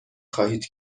خواهید